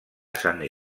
sant